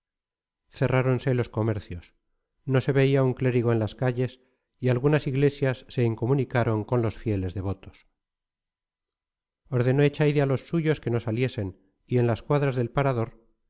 puertas cerráronse los comercios no se veía un clérigo en las calles y algunas iglesias se incomunicaron con los fieles devotos ordenó echaide a los suyos que no saliesen y en las cuadras del parador